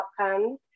outcomes